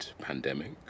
pandemic